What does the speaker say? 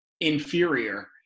inferior